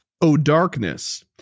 O'Darkness